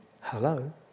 Hello